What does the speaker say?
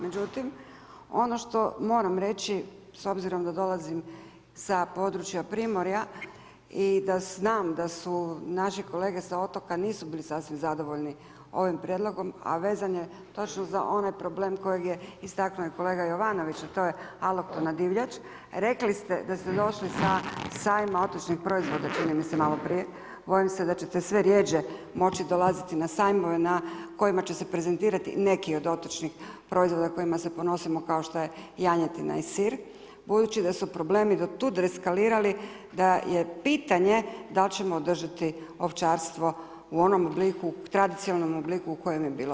Međutim, ono što moram reći s obzirom da dolazim s područja Primorja i da znam da su naši kolege sa otoka nisu bili sasvim zadovoljni ovim prijedlogom a vezan je točno za onaj problem kojeg je istaknuo kolega Jovanović a to je aloktona divljač, rekli ste da ste došli sa sajma otočnih proizvoda čini mi se maloprije, bojim se da ćete sve rjeđe moći dolaziti na sajmove na kojima će se prezentirati neki od otočnih proizvoda kojima se ponosimo kao što je janjetina i sir budući da su problemi do tud eskalirali da je pitanje da li ćemo održati ovčarstvo u onom obliku, tradicionalnom obliku u kojem je bilo.